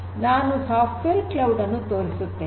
ಈಗ ನಾನು software cloud ಅನ್ನು ತೋರಿಸುತ್ತೇನೆ